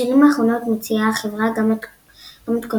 בשנים האחרונות מציעה החברה גם מתכונות